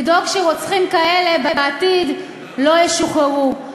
לדאוג שרוצחים כאלה בעתיד לא ישוחררו.